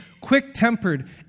quick-tempered